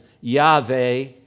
Yahweh